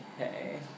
Okay